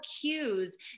cues